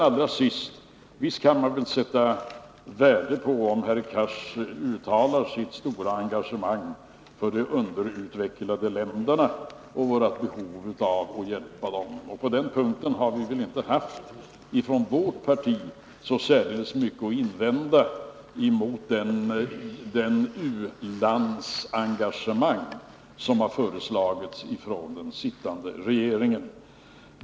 Visst kan man sätta värde på att herr Cars uttalar sitt stora engagemang för de underutvecklade länderna och för vårt behov av att hjälpa dem. På den punkten har vi inte från vårt parti haft särdeles mycket att invända mot det u-landsengagemang som har föreslagits av den sittande regeringen.